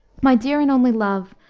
my dear and only love,